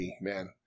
man